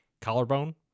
collarbone